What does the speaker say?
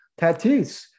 Tatis